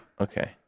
Okay